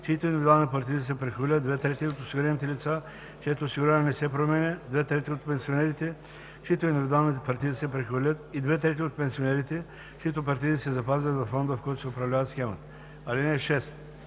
чиито индивидуални партиди се прехвърлят, две трети от осигурените лица, чието осигуряване не се променя, две трети от пенсионерите, чиито индивидуални партиди се прехвърлят, и две трети от пенсионерите, чиито партиди се запазват във фонда, в който се управлява схемата. (6)